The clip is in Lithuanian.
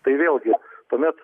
tai vėlgi tuomet